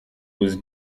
was